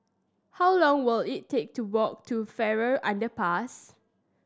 how long will it take to walk to Farrer Underpass